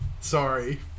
Sorry